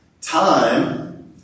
time